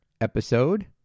episode